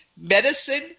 medicine